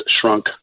shrunk